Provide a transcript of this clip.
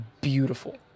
beautiful